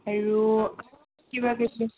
আৰু কিবাকিবি